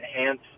enhance